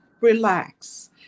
Relax